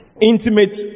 intimate